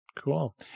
Cool